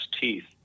teeth